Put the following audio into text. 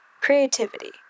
creativity